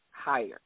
higher